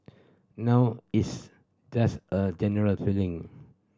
now it's just a general feeling